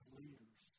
leaders